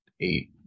eight